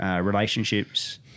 relationships